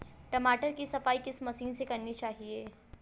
टमाटर की सफाई किस मशीन से करनी चाहिए?